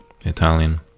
Italian